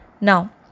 Now